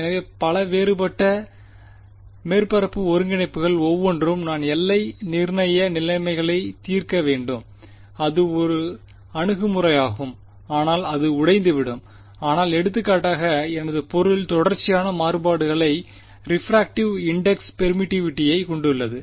எனவே பல வேறுபட்ட மேற்பரப்பு ஒருங்கிணைப்புகள் ஒவ்வொன்றும் நான் எல்லை நிர்ணய நிலைமைகளைத் தீர்க்க வேண்டும் அது ஒரு அணுகுமுறையாகும் ஆனால் அது உடைந்து விடும் ஆனால் எடுத்துக்காட்டாக எனது பொருள் தொடர்ச்சியான மாறுபாடுகளைக் ரிபிராக்டிவ் இண்டெக்ஸ் பெர்மிட்டிவிட்டி ஐ கொண்டுள்ளது